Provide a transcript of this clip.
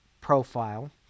profile